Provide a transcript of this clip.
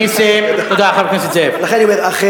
זאת פעם אחרונה.